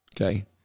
Okay